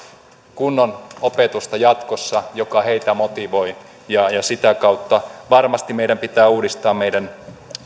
kunnon opetusta joka heitä motivoi ja sitä kautta meidän varmasti pitää uudistaa meidän